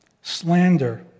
slander